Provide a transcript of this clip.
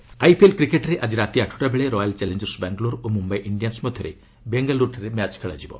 IPL IPL କ୍ରିକେଟ୍ରେ ଆଜି ରାତି ଆଠଟା ବେଳେ ରୟାଲ୍ ଚାଲେଞ୍ଜର୍ସ ବାଙ୍ଗାଲୋର୍ ଓ ମୁମ୍ୟାଇ ଇଣ୍ଡିଆନ୍ସ ମଧ୍ୟରେ ବେଙ୍ଗାଲ୍ରରଠାରେ ମ୍ୟାଚ୍ ଖେଳାଯିବ